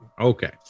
Okay